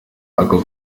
ako